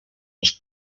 els